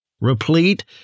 replete